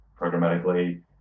programmatically